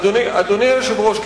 אדוני היושב-ראש,